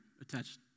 attached